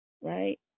right